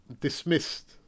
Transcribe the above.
dismissed